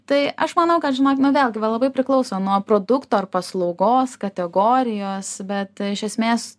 tai aš manau kad žinok nu vėlgi va labai priklauso nuo produkto ar paslaugos kategorijos bet iš esmės